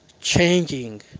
Changing